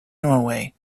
norway